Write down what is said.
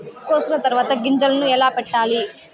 కోసిన తర్వాత గింజలను ఎలా పెట్టాలి